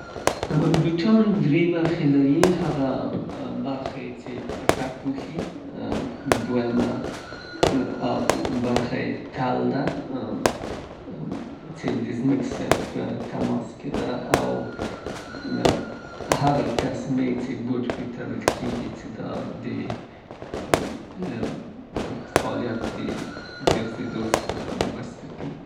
بوټ له څو برخو ، کلیدي برخو جوړ شوی، پورته برخه یې چه پښه پوښي، دویمه برخه یې څې پښې سره تماس کې کیږي او دریمه برخه یې څې تل ده او همدارنګه د هغې لیسېز یا تسمې د بوټانو او یا هم مزي څې ورته وایې، جوړ سوی.